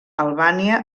albània